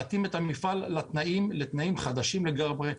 להתאים את המפעל לתנאים חדשים לגמרי.